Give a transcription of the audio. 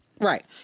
Right